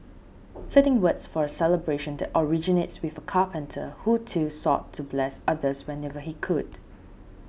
fitting words for a celebration that originates with a carpenter who too sought to bless others whenever he could